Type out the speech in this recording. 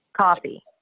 Coffee